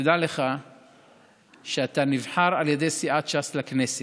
תדע לך שאתה נבחר על ידי סיעת ש"ס לכנסת,